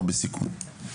לנוער בסיכון.